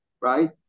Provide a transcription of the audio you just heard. right